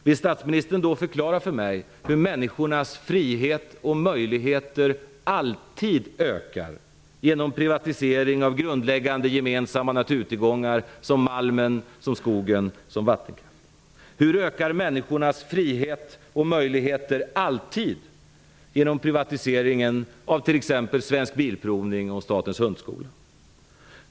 Vill statsministern då förklara för mig hur människornas frihet och möjligheter alltid ökar genom privatisering av grundläggande, gemensamma naturtillgångar som malmen, skogen och vattenkraften. Hur ökar människornas frihet och möjligheter alltid genom privatisering av t.ex. Svensk bilprovning och Statens hundskola?